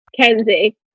Kenzie